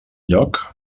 lloc